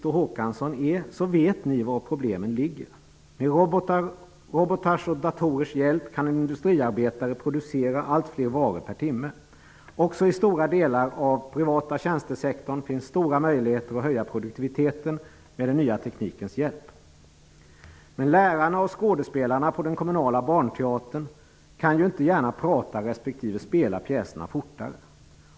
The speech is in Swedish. Håkansson är vet de var problemen ligger. Med robotars och datorers hjälp kan en industriarbetare producera allt fler varor per timme. Också i stora delar av den privata tjänstesektorn finns stora möjligheter att höja produktiviteten med den nya teknikens hjälp. Men lärarna och skådespelarna på den kommunala barnteatern kan ju inte gärna prata respektive spela pjäserna fortare.